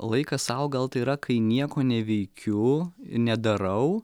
laikas sau gal tai yra kai nieko neveikiu nedarau